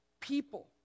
people